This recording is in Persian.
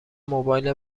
موبایل